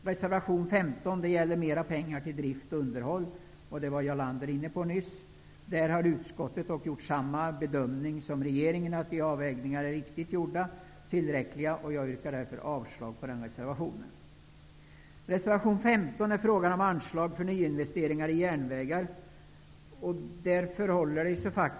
I reservation 14 föreslås att mera pengar skall satsas på drift och underhåll, vilket Jarl Lander nyss talade om. Utskottet bedömer att de avvägningar som regeringen gör är tillräckliga, och jag yrkar därför avslag på reservationen. I reservation 15 tar man upp frågan om anslag till nyinvesteringar i järnvägar.